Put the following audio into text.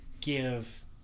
give